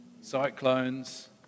cyclones